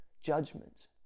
judgment